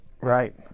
Right